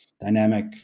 dynamic